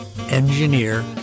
engineer